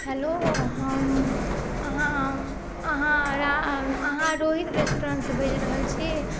hello हम आहाँ आहाँ आहाँ रोहित रेस्टुरेंट सँ बाजि रहल छी